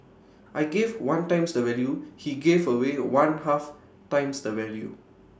I gave one times the value he gave away one half times the value